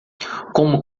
como